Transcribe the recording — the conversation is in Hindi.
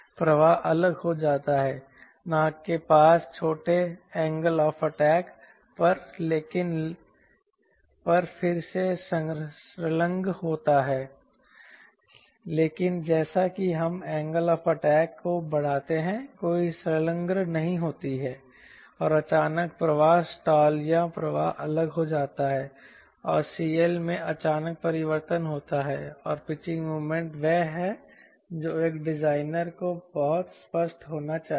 प्रवाह अलग हो जाता है नाक के पास बहुत छोटे एंगल ऑफ़ अटैक पर लेकिन लेकिन फिर से संलग्न होता है लेकिन जैसा कि हम एंगल ऑफ़ अटैक को बढ़ाते हैं कोई संलग्न नहीं होती है और अचानक प्रवाह स्टाल या प्रवाह अलग हो जाता है और CL में अचानक परिवर्तन होता है और पिचिंग मोमेंट वह है जो एक डिजाइनर को बहुत स्पष्ट होना चाहिए